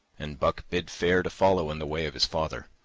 and buck bid fair to follow in the way of his father.